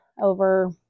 over